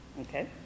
okay